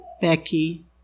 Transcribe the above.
Becky